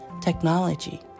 technology